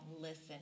listen